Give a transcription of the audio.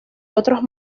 otros